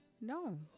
no